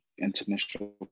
international